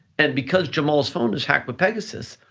and because jamal's phone is hacked with pegasus,